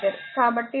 కాబట్టి బంగారం 2